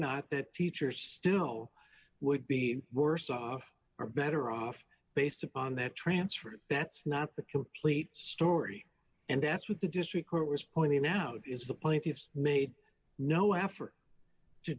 not that teacher still would be worse off or better off based upon that transfer bet's not the complete story and that's what the district court was pointing out is the plaintiffs made no effort to